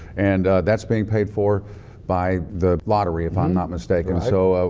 and that's being paid for by the lottery, if i'm not mistaken. so,